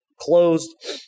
closed